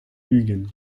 ugent